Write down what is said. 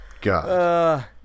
God